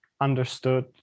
understood